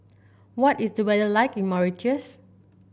what is the weather like in Mauritius